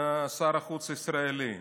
שר החוץ הישראלי.